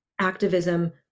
activism